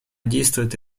действовать